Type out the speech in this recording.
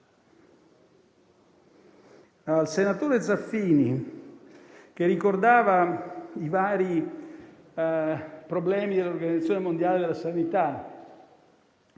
Al senatore Zaffini, che ricordava i vari problemi dell'Organizzazione mondiale della sanità,